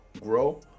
grow